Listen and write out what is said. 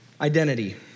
identity